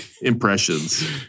impressions